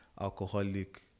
alcoholic